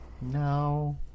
No